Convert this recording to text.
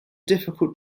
difficult